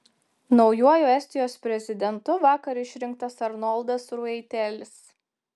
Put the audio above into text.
naujuoju estijos prezidentu vakar išrinktas arnoldas riuitelis